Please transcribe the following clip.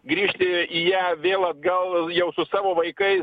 grįšti į ją vėl atgal jau savo vaikais